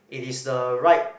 it is the right